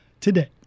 today